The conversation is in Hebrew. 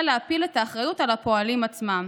להפיל את האחריות על הפועלים עצמם.